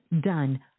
done